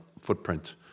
footprint